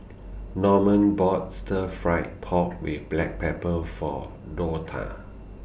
Norman bought Stir Fried Pork with Black Pepper For Donta